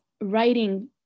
writing